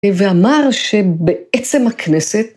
ואמר שבעצם הכנסת